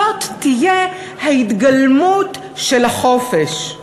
זאת תהיה ההתגלמות של החופש.